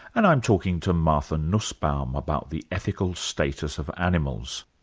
and i'm talking to martha nussbaum about the ethical status of animals.